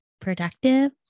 productive